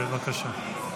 בבקשה.